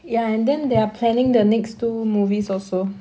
ya and then they are planning the next two movies also